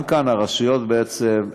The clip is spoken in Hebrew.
גם כאן הרשויות בעצם,